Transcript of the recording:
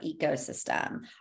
ecosystem